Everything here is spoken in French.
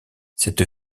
cette